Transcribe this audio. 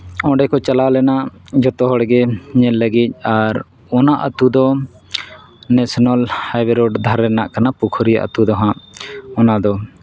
ᱚᱸᱰᱮ ᱠᱚ ᱪᱟᱞᱟᱣ ᱞᱮᱱᱟ ᱡᱚᱛᱚ ᱦᱚᱲᱜᱮ ᱧᱮᱞ ᱞᱟᱹᱜᱤᱫ ᱟᱨ ᱚᱱᱟ ᱟᱹᱛᱩ ᱫᱚ ᱱᱮᱥᱮᱱᱮᱞ ᱦᱟᱭ ᱨᱳᱰ ᱫᱷᱟᱨᱮ ᱨᱮᱱᱟᱜ ᱠᱟᱱᱟ ᱯᱩᱠᱷᱩᱨᱤᱭᱟᱹ ᱟᱹᱛᱩ ᱫᱚᱦᱟᱸᱜ ᱚᱱᱟᱫᱚ